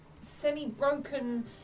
semi-broken